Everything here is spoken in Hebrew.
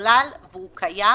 נכלל והוא קיים